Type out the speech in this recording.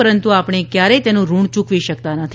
પરંતુ આપણે કયારેય તેનું ઋણ ચુકવી શકતા નથી